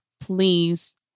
please